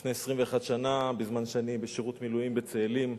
לפני 21 שנה, בזמן שאני בשירות מילואים בצאלים,